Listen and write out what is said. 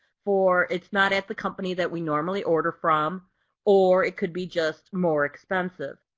for it's not at the company that we normally order from or it can be just more expensive.